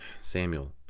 samuel